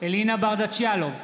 אלינה ברדץ' יאלוב,